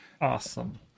Awesome